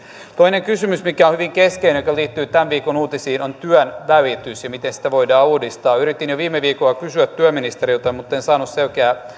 toinen kysymys mikä on hyvin keskeinen ja joka liittyy tämän viikon uutisiin on työnvälitys ja se miten sitä voidaan uudistaa yritin jo viime viikolla kysyä työministeriltä mutten saanut selkeää